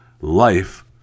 Life